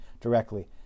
directly